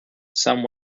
some